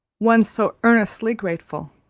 one so earnestly grateful,